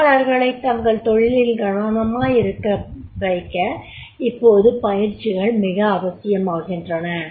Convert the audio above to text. தொழிலாளர்களைத் தங்கள் தொழிலில் கவனமாய் இருக்கவைக்க இப்போது பயிற்சிகள் மிக அவசியமாகின்றன